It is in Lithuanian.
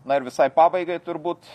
na ir visai pabaigai turbūt